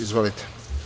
Izvolite.